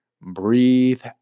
breathe